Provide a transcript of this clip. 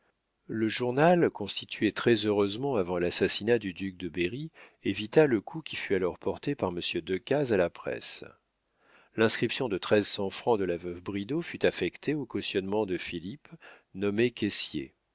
le journal constitué très-heureusement avant l'assassinat du duc de berry évita le coup qui fut alors porté par m decaze à la presse l'inscription de treize cents francs de la veuve bridau fut affectée au cautionnement de philippe nommé caissier